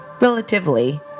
relatively